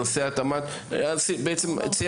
ואיסור על הוצאה מהארון.